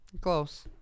Close